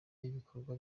n’ibikorwa